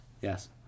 yes